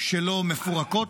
שלו מפורקים,